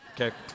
okay